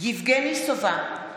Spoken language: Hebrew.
יבגני סובה,